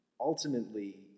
Ultimately